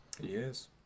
Yes